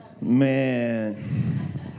Man